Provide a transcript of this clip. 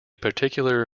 particular